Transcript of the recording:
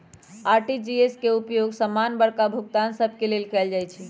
RTGS के उपयोग समान्य बड़का भुगतान सभ के लेल कएल जाइ छइ